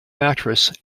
mattress